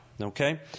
okay